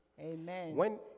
Amen